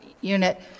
unit